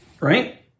Right